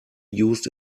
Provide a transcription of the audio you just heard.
used